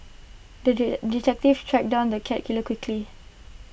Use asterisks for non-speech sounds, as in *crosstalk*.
the *unintelligible* detective tracked down the cat killer quickly